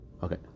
Okay